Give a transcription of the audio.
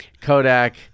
Kodak